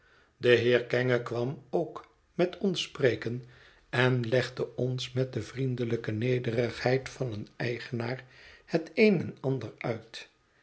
dé heer kenge kwam ook met ons spreken en legde ons met de vriendelijke nederigheid van een eigenaar het een en ander uit